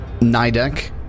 Nidek